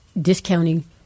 discounting